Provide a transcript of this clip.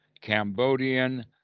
Cambodian